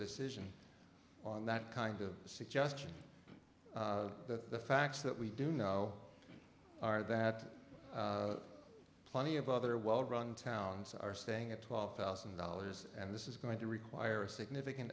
decision on that kind of suggestion that the facts that we do know are that plenty of other well run towns are staying at twelve thousand dollars and this is going to require a significant